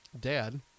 dad